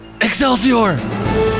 Excelsior